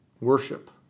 worship